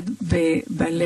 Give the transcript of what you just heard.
במילותיו,